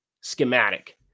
schematic